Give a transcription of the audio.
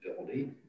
ability